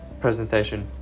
presentation